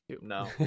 No